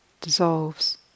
dissolves